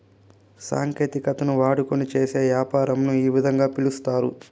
సాంకేతికతను వాడుకొని చేసే యాపారంను ఈ విధంగా పిలుస్తారు